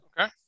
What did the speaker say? Okay